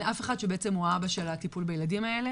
אין אף אחד שעצם הוא האבא של הטיפול בילדים האלה.